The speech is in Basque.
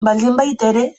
baldinbaitere